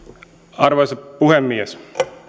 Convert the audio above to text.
arvoisa puhemies